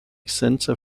centre